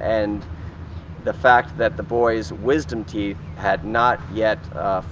and the fact that the boy's wisdom teeth had not yet